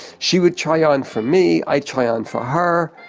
she'd would try on for me, i'd try on for her,